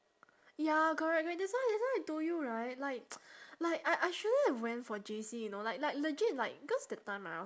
ya correct correct that's why that's why I told you right like like I I shouldn't have went for J_C you know like like legit like cause that time I